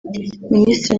minisitiri